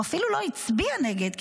הוא אפילו לא הצביע נגד,